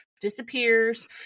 disappears